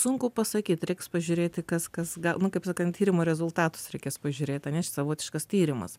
sunku pasakyt reiks pažiūrėti kas kas gal nu kaip sakant tyrimo rezultatus reikės pažiūrėt savotiškas tyrimas